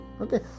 Okay